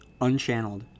unchanneled